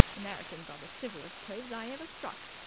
americans are the civillest coves i ever struck.